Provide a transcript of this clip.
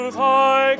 thy